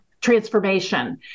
transformation